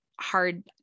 hard